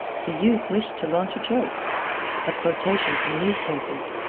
the youth wished to launch a joke a quotation from newspapers.